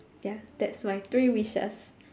ya that's my three wishes